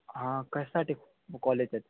हां कशासाठी कॉल येत आहेत